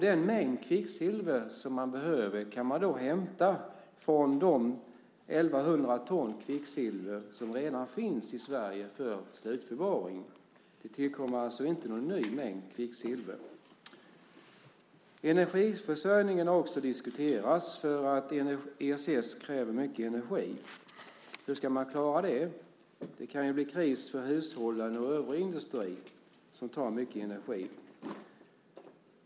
Den mängd kvicksilver som behövs kan man också hämta från de 1 100 ton kvicksilver som redan finns i Sverige för slutförvaring. Det tillkommer alltså inte någon ny mängd kvicksilver. Energiförsörjningen har också diskuterats. ESS kräver nämligen mycket energi. Hur ska man klara det? Det kan ju bli kris för hushållen och övrig industri som behöver mycket energi.